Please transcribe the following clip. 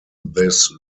this